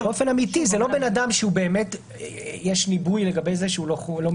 ובאופן אמיתי זה לא בן אדם שבאמת יש ניבוי לגבי זה שהוא לא מדבק.